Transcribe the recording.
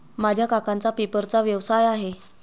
माझ्या काकांचा पेपरचा व्यवसाय आहे